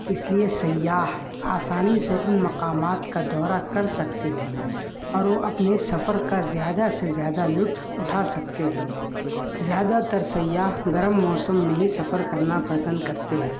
اس لیے سیاح آسانی سے ان مقامات کا دورہ کر سکتے ہیں اور وہ اپنے سفر کا زیادہ سے زیادہ لطف اٹھا سکتے ہیں زیادہ تر سیاح گرم موسم میں ہی سفر کرنا پسند کرتے ہیں